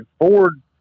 Ford